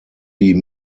die